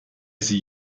sie